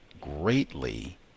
greatly